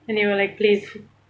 and you were like please